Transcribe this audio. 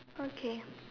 okay